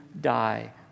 die